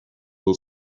will